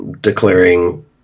declaring